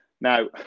now